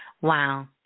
Wow